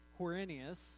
Quirinius